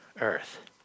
earth